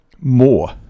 more